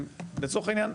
הם, לצורך העניין,